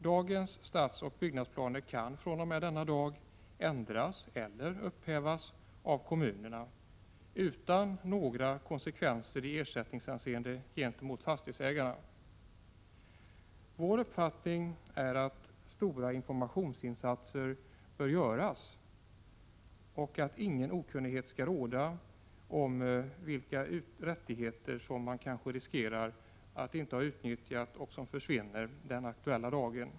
Dagens stadsoch byggnadsplaner kan fr.o.m. denna dag ändras eller upphävas av kommunerna utan några konsekvenser i ersättningshänseende gentemot fastighetsägarna. Vår uppfattning är att stora informationsinsatser bör göras, så att ingen av okunnighet underlåter att utnyttja de rättigheter som försvinner den aktuella dagen.